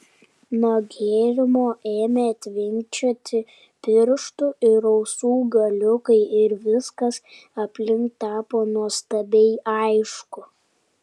nuo gėrimo ėmė tvinkčioti pirštų ir ausų galiukai ir viskas aplink tapo nuostabiai aišku